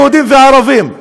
היהודים והערבים.